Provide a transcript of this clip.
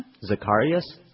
Zacharias